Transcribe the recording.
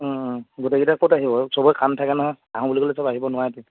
গোটেইকেইটা ক'ত আহিব সবৰে কাম থাকে নহয় আহো বুলি ক'লে সব আহিব নোৱাৰেতো